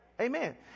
Amen